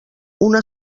una